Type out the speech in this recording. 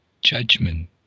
judgment